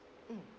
mm